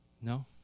No